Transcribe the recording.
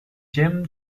gem